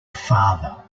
father